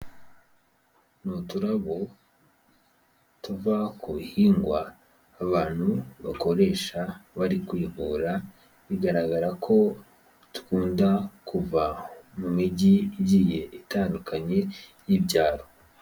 Ni uturabo tuva ku bihingwa abantu bakoresha bari kwivura, bigaragara ko dukunda kuva mu mijyi igiye itandukanye y'ibyaro.